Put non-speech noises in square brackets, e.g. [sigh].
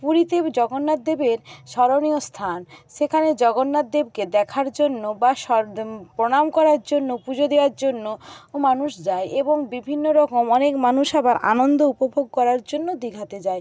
পুরীতে জগন্নাথ দেবের স্মরণীয় স্থান সেখানে জগন্নাথ দেবকে দেখার জন্য বা [unintelligible] প্রণাম করার জন্য পুজো দেওয়ার জন্য মানুষ যায় এবং বিভিন্ন রকম অনেক মানুষ আবার আনন্দ উপভোগ করার জন্য দীঘাতে যায়